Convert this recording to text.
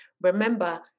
Remember